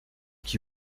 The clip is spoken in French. qui